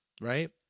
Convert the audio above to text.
right